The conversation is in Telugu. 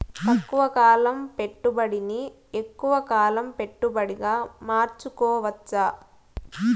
తక్కువ కాలం పెట్టుబడిని ఎక్కువగా కాలం పెట్టుబడిగా మార్చుకోవచ్చా?